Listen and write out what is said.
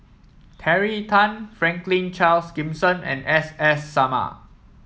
Terry Tan Franklin Charles Gimson and S S Sarma